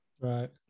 Right